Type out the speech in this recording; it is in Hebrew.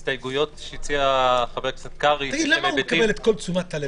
להסתייגויות שהציע חבר הכנסת קרעי --- למה הוא מקבל את כל תשומת הלב?